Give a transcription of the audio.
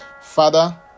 Father